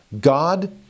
God